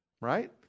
right